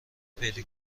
پیدا